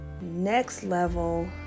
next-level